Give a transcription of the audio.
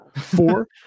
Four